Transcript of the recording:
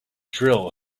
drill